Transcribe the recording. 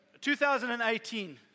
2018